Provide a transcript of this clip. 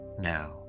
Now